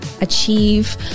achieve